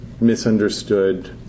misunderstood